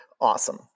awesome